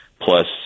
plus